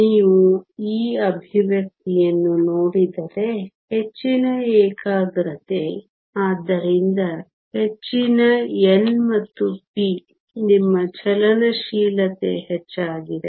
ನೀವು ಈ ಎಕ್ಸ್ಪ್ರೆಶನ್ ಯನ್ನು ನೋಡಿದರೆ ಹೆಚ್ಚಿನ ಏಕಾಗ್ರತೆ ಆದ್ದರಿಂದ ಹೆಚ್ಚಿನ n ಮತ್ತು p ನಿಮ್ಮ ಚಲನಶೀಲತೆ ಹೆಚ್ಚಾಗಿದೆ